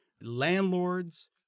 landlords